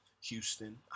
Houston